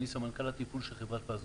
אני סמנכ"ל התפעול של חברת פזגז.